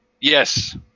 Yes